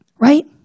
Right